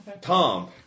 Tom